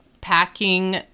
packing